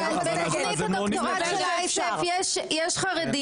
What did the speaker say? גם בקרן אייסף יש חרדים.